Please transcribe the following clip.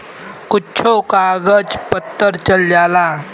कुच्छो कागज पत्तर चल जाला